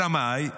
אלא מאי?